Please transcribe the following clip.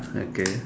okay